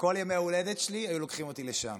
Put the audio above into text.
בכל ימי ההולדת שלי היו לוקחים אותי לשם.